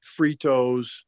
fritos